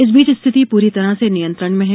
इस बीच स्थिति पूरी तरह से नियंत्रण में है